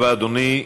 תודה רבה, אדוני.